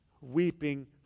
weeping